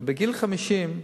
ובגיל 50,